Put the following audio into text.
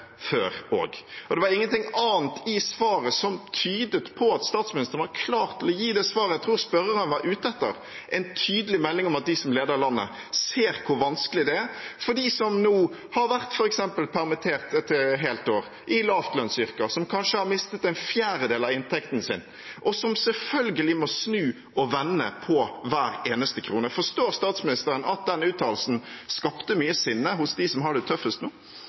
før og?» Det var ingenting annet i svaret som tydet på at statsministeren var klar til å gi det svaret jeg tror spørreren var ute etter: en tydelig melding om at de som leder landet, ser hvor vanskelig det er f.eks. for dem som nå har vært permittert et helt år, i lavlønnsyrker, som kanskje har mistet en fjerdedel av inntekten sin, og som selvfølgelig må snu og vende på hver eneste krone. Forstår statsministeren at den uttalelsen skapte mye sinne hos dem som har det tøffest nå?